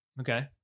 Okay